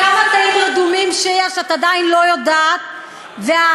כשהיית כאן אף אחד לא הפריע לך.